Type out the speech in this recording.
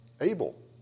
Abel